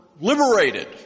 liberated